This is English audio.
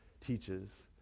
teaches